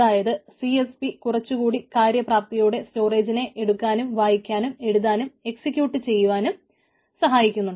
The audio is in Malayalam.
അതായത് CSP കുറച്ചുകൂടി കാര്യപ്രാപ്തിയോടെ സ്റ്റോറേജിനെ എടുക്കാനും വായിക്കാനും എഴുതാനും എക്സിക്യൂട്ട് ചെയ്യാനും സഹായിക്കുന്നു